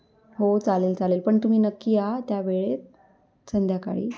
हो चालेल चालेल पण तुम्ही नक्की या त्यावेळेत संध्याकाळी